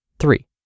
Three